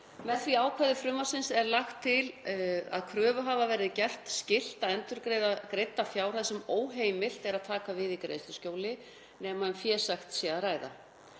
Með því ákvæði frumvarpsins er lagt til að kröfuhafa verði gert skylt að endurgreiða greidda fjárhæð sem óheimilt er að taka við í greiðsluskjóli nema um fésekt sé að ræða.